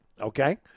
okay